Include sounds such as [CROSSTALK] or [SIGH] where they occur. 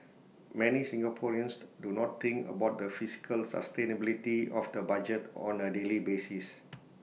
many Singaporeans do not think about the fiscal sustainability of the budget on A daily basis [NOISE]